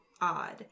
odd